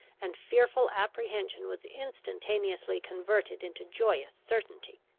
and fearful apprehension was instantaneously converted into joyous certainty.